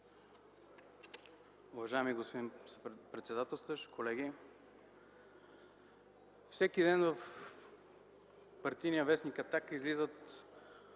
Уважаеми господин председателстващ, колеги! Всеки ден в партийния вестник „Атака” излизат